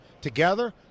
together